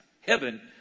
Heaven